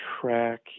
track